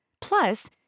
Plus